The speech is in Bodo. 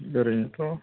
ओरैनोथ'